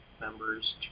members